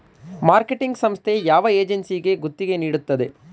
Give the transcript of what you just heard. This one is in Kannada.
ಮಾರ್ಕೆಟಿಂಗ್ ಸಂಸ್ಥೆ ಯಾವ ಏಜೆನ್ಸಿಗೆ ಗುತ್ತಿಗೆ ನೀಡುತ್ತದೆ?